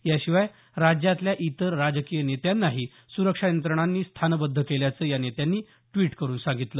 याशिवाय राज्यातल्या इतर राजकीय नेत्यांनाही सुरक्षा यंत्रणांनी स्थानबद्ध केल्याचं या नेत्यांनी द्विट करून सांगितलं